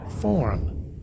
form